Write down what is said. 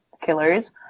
killers